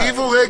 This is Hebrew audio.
תקשיבו לי